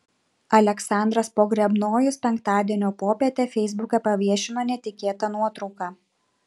aleksandras pogrebnojus penktadienio popietę feisbuke paviešino netikėtą nuotrauką